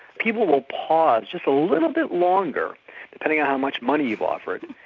people will pause just a little bit longer depending on how much money you've offered.